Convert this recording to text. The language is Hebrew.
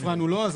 אנחנו